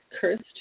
cursed